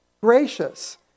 gracious